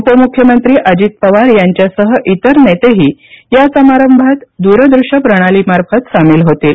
उपमुख्यमंत्री अजित पवार यांच्यासह इतर नेतेही या समारंभात दुरदृष्य प्रणाली मार्फत सामील होतील